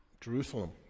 Jerusalem